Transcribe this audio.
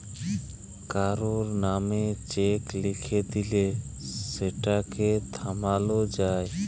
কারুর লামে চ্যাক লিখে দিঁলে সেটকে থামালো যায়